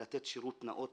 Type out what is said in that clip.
לתת שירות נאות